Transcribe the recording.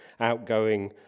outgoing